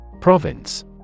Province